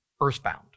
earthbound